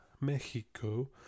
Mexico